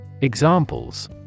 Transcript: Examples